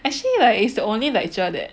actually is the only lecture that